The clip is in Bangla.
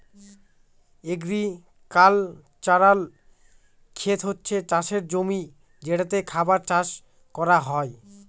এগ্রিক্যালচারাল খেত হচ্ছে চাষের জমি যেটাতে খাবার চাষ করা হয়